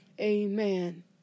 Amen